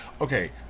okay